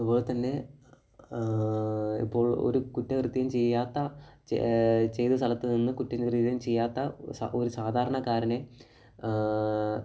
അതുപോലെത്തന്നെ ഇപ്പോൾ ഒരു കുറ്റകൃത്യം ചെയ്യാത്ത ചെയ്ത സ്ഥലത്ത് നിന്ന് കുറ്റകൃത്യം ചെയ്യാത്ത ഒരു ഒരു സാധാരണക്കാരനെ